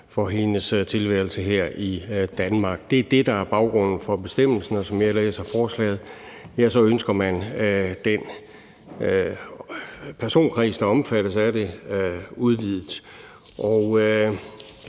for hendes tilværelse her i Danmark. Det er det, der er baggrunden for bestemmelsen, og som jeg læser forslaget, ønsker man den personkreds, der er omfattet af det, udvidet.